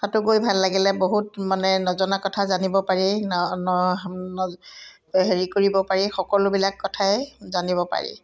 তাতো গৈ ভাল লাগিলে বহুত মানে নজনা কথা জানিব পাৰি হেৰি কৰিব পাৰি সকলোবিলাক কথাই জানিব পাৰি